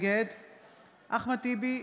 נגד אחמד טיבי,